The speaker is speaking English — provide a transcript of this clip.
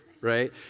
right